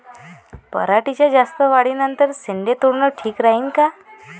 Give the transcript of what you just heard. पराटीच्या जास्त वाढी नंतर शेंडे तोडनं ठीक राहीन का?